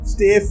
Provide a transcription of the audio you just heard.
Stay